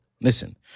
listen